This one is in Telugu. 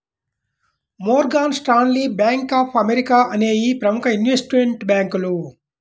Morgan Stanley, Bank of America అనేయ్యి ప్రముఖ ఇన్వెస్ట్మెంట్ బ్యేంకులు